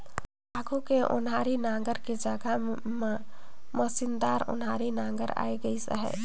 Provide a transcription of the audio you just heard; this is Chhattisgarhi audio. आघु के ओनारी नांगर के जघा म मसीनदार ओन्हारी नागर आए लगिस अहे